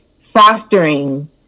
fostering